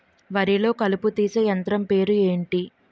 వరి లొ కలుపు తీసే యంత్రం పేరు ఎంటి?